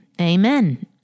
Amen